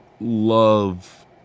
love